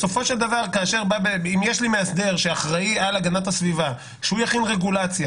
בסופו של דבר אם יש לי מאסדר שאחראי להגנת הסביבה שיכין רגולציה